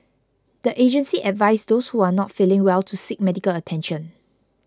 the agency advised those who are not feeling well to seek medical attention